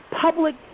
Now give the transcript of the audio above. public